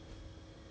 H_L ah